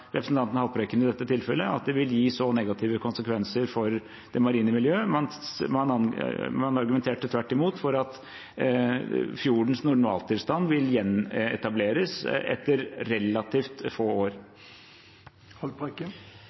representanten Haltbrekken: at det vil gi så negative konsekvenser for det marine miljøet. Man argumenterte tvert imot for at fjordens normaltilstand vil gjenetableres etter relativt få år.